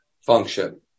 function